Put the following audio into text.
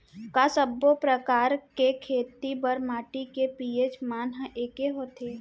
का सब्बो प्रकार के खेती बर माटी के पी.एच मान ह एकै होथे?